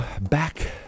back